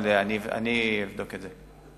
אבל אני אבדוק את זה.